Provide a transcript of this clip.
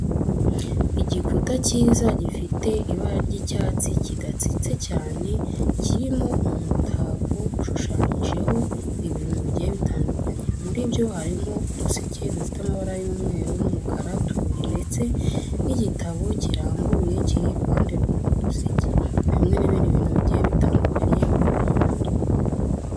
Igikuta cyiza gifite ibara ry'icyatsi kidatsitse cyane, kirimo umutako ushushanyijeho ibintu bigiye bitandukanye. Muri byo harimo uduseke dufite amabara y'umweru n'umukara tubiri ndetse n'igitabo kirambuye kiri iruhande rw'utwo duseke, hamwe n'ibindi bintu bigiye bitandukanye biri kumwe na two.